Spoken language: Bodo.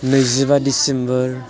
नैजिबा डिसेम्बर